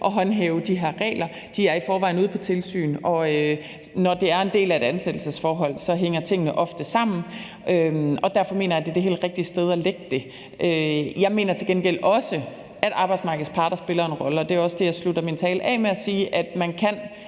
og håndhæve de her regler. De er i forvejen ude på tilsyn, og når det er en del af et ansættelsesforhold, hænger tingene ofte sammen, og derfor mener jeg, at det er det helt rigtige sted at lægge det. Jeg mener til gengæld også, at arbejdsmarkedets parter spiller en rolle, og det er jo også det, jeg slutter min tale af med at sige: at man også